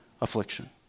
affliction